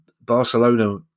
Barcelona